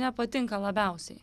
nepatinka labiausiai